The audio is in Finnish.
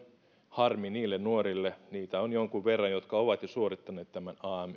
harmi niille nuorille niitä on jonkun verran jotka ovat jo suorittaneet tämän am